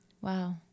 Wow